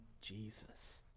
Jesus